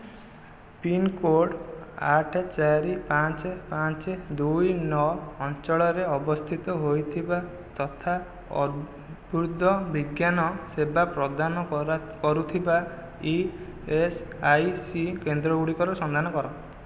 pincode ଆଠ ଚାରି ପାଞ୍ଚ ପାଞ୍ଚ ଦୁଇ ନଅ ଅଞ୍ଚଳରେ ଅବସ୍ଥିତ ହୋଇଥିବା ତଥା ଅର୍ବୁଦ ବିଜ୍ଞାନ ସେବା ପ୍ରଦାନ କରୁଥିବା ଇ ଏସ୍ ଆଇ ସି କେନ୍ଦ୍ରଗୁଡ଼ିକର ସନ୍ଧାନ କର